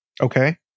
Okay